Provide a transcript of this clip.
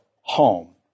home